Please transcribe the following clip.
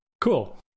cool